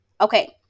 okay